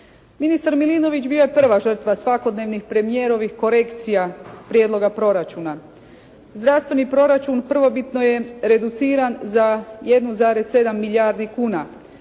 Ministar Milinović bio je prva žrtva svakodnevnih premijerovih korekcija prijedloga proračuna. Zdravstveni proračun prvobitno je reduciran za 1,7 milijardi kuna.